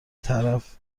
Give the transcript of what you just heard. طرف